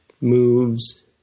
moves